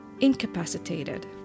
incapacitated